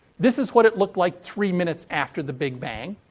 this is what it looked like three minutes after the big bang.